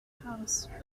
house